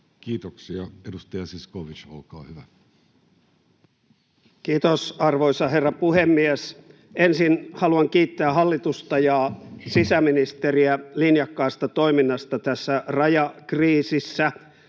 hallinnonala Time: 14:36 Content: Kiitos, arvoisa herra puhemies! Ensin haluan kiittää hallitusta ja sisäministeriä linjakkaasta toiminnasta tässä rajakriisissä.